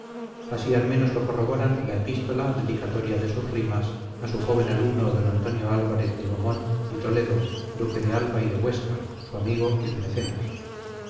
así al menos lo corroboran la epístola dedicatoria de sus rimas a su joven alumno don antonio álvarez de beaumont y toledo duque de alba y de huéscar su amigo y su mecenas